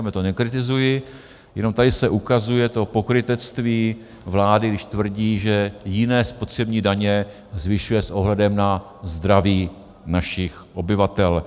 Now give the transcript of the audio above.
Já říkám, já to nekritizuji, jenom tady se ukazuje to pokrytectví vlády, když tvrdí, že jiné spotřební daně zvyšuje s ohledem na zdraví našich obyvatel.